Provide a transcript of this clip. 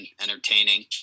entertaining